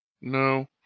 No